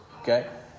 Okay